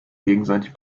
gegenseitig